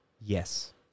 yes